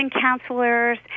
counselors